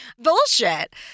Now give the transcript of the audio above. bullshit